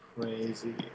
Crazy